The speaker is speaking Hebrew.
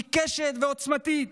עיקשת ועוצמתית,